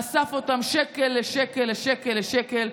אסף אותם שקל לשקל לשקל לשקל,